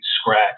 scratch